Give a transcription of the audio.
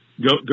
go